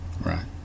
right